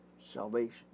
salvation